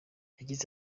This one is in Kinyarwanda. yagize